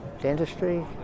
dentistry